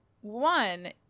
one